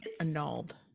annulled